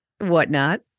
Whatnot